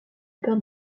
père